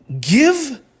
give